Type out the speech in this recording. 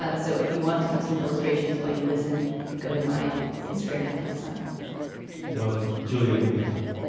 ah so if you want to have some illustrations while you listen go to my instagram at the high sign love it julia what do you have